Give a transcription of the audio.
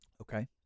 Okay